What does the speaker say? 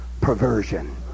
perversion